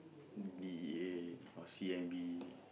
D_E_A or C_I_M_B